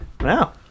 Wow